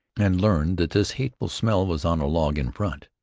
and learned that this hateful smell was on a log in front,